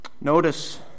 Notice